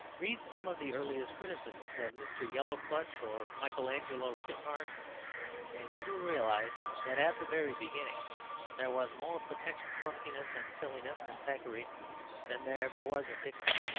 read some of the earliest criticisms of mr. yellowplush or michael angelo titmarsh and you will realise that at the very beginning there was more potential clumsiness and silliness in thackeray than there ever was in dickens.